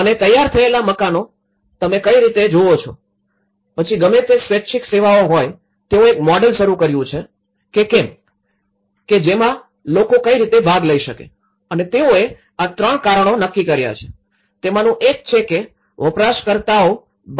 અને તૈયાર થયેલા મકાનો તમે કઈ રીતે જોવો છો પછી ગમે તે સ્વૈચ્છિક સેવાઓ હોય તેઓએ એક મોડેલ શરૂ કર્યું છે કે કેમ કે જેમાં લોકો કઈ રીતે ભાગ લઇ શકે અને તેઓએ આ ત્રણ કારણો નક્કી કર્યા છે તેમાનું એક છે કે વપરાશકર્તાઓ